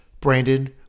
Brandon